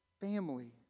family